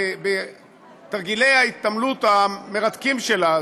בתרגילי ההתעמלות המרתקים שלה,